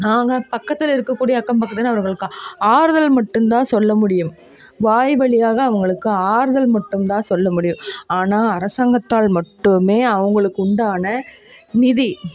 நாங்கள் பக்கத்தில் இருக்கக்கூடிய அக்கம் பக்கத்தில் அவர்களுக்கு ஆறுதல் மட்டுந்தான் சொல்ல முடியும் வாய்வழியாக அவங்களுக்கு ஆறுதல் மட்டுந்தான் சொல்ல முடியும் ஆனால் அரசாங்கத்தால் மட்டுமே அவங்களுக்கு உண்டான நிதி